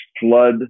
flood